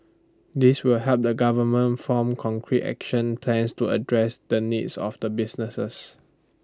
this will help the government form concrete action plans to address the needs of businesses